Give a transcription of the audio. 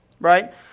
Right